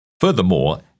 Furthermore